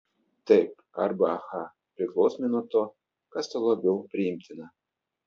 taip arba aha priklausomai nuo to kas tau labiau priimtina